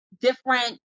different